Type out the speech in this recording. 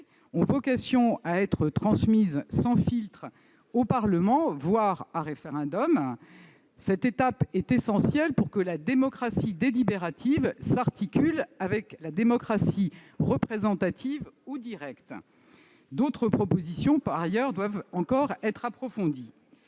ont vocation à être transmises sans filtre au Parlement, voire soumises à référendum- cette étape est essentielle pour que la démocratie délibérative s'articule avec la démocratie représentative ou directe. D'autres propositions doivent encore être approfondies.